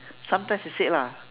sometimes it's said lah